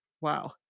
Wow